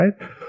right